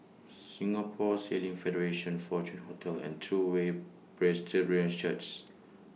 Singapore Sailing Federation Fortuna Hotel and True Way Church